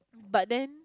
but then